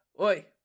Oi